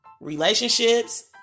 relationships